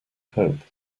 hope